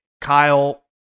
Kyle